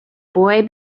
boy